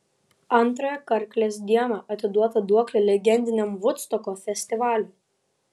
antrąją karklės dieną atiduota duoklė legendiniam vudstoko festivaliui